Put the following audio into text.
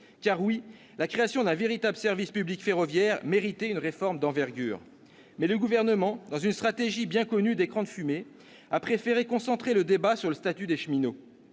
! Oui, la création d'un véritable service public ferroviaire méritait une réforme d'envergure. Or, dans une stratégie bien connue d'écran de fumée, le Gouvernement a préféré concentrer le débat sur le statut des cheminots,